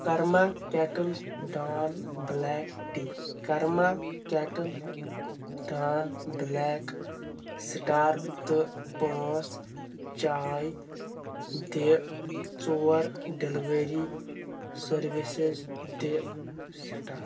کرما kettle don black tea Karma kettle don black star تہٕ پانژھ چاے دِ ژور ڈیلیوری سٔروسِز دِ سٹار